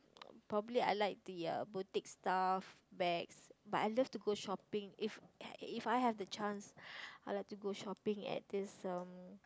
probably I like to ya boutique stuff bags but I love to go shopping if if I have the chance I'd like to go shopping at this um